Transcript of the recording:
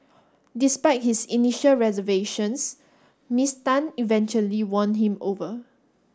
despite his initial reservations Ms Tan eventually won him over